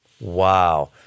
Wow